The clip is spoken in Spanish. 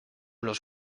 los